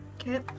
okay